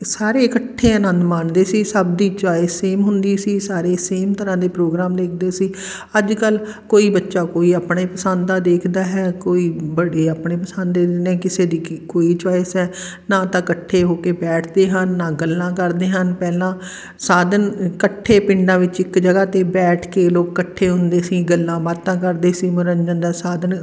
ਸਾਰੇ ਇਕੱਠੇ ਆਨੰਦ ਮਾਣਦੇ ਸੀ ਸਭ ਦੀ ਚੋਆਇਸ ਸੇਮ ਹੁੰਦੀ ਸੀ ਸਾਰੇ ਸੇਮ ਤਰ੍ਹਾਂ ਦੇ ਪ੍ਰੋਗਰਾਮ ਦੇਖਦੇ ਸੀ ਅੱਜ ਕੱਲ੍ਹ ਕੋਈ ਬੱਚਾ ਕੋਈ ਆਪਣੇ ਪਸੰਦ ਦਾ ਦੇਖਦਾ ਹੈ ਕੋਈ ਬੜੇ ਆਪਣੇ ਪਸੰਦ ਦੇ ਦਿੰਦੇ ਕਿਸੇ ਦੀ ਕੀ ਕੋਈ ਚੋਆਇਸ ਹੈ ਨਾ ਤਾਂ ਇਕੱਠੇ ਹੋ ਕੇ ਬੈਠਦੇ ਹਨ ਨਾ ਗੱਲਾਂ ਕਰਦੇ ਹਨ ਪਹਿਲਾਂ ਸਾਧਨ ਇਕੱਠੇ ਪਿੰਡਾਂ ਵਿੱਚ ਇੱਕ ਜਗ੍ਹਾ 'ਤੇ ਬੈਠ ਕੇ ਲੋਕ ਇਕੱਠੇ ਹੁੰਦੇ ਸੀ ਗੱਲਾਂ ਬਾਤਾਂ ਕਰਦੇ ਸੀ ਮਨੋਰੰਜਨ ਦਾ ਸਾਧਨ